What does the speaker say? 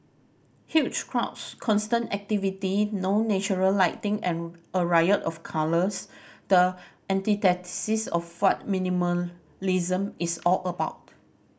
huge crowds constant activity no natural lighting and a riot of colours the antithesis of what minimalism is all about